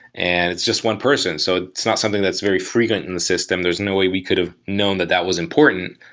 and it's just one person. so it's not something that's very frequent in the system. there's no way we could have known that that was important.